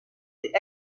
sie